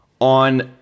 on